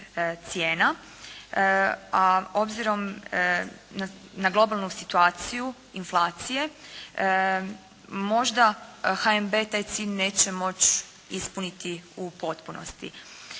a obzirom na globalnu situaciju inflacije možda HNB taj cilj neće moći ispuniti u potpunosti